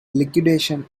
liquidation